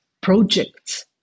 projects